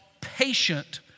patient